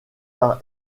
par